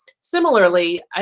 Similarly